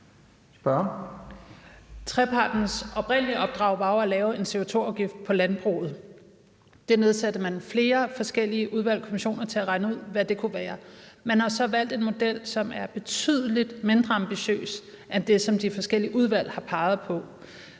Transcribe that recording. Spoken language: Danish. Trepartens oprindelige opdrag var jo at lave en CO2-afgift på landbruget. Der nedsatte man flere forskellige udvalg og kommissioner til at regne ud, hvad det kunne være. Man har så valgt en model, som er betydelig mindre ambitiøs end det, som de forskellige udvalg har peget på.